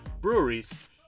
breweries